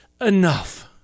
enough